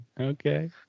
okay